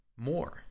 more